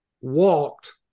walked